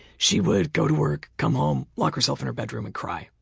she would go to work, come home, lock herself in her bedroom and cry.